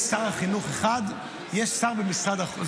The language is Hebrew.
יש שר חינוך אחד, ויש שר במשרד החינוך.